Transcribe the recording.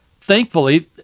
Thankfully